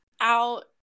out